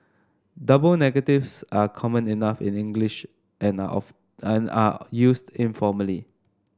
double negatives are common enough in English and of and are used informally